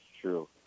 true